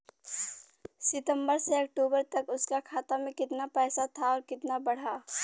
सितंबर से अक्टूबर तक उसका खाता में कीतना पेसा था और कीतना बड़ा?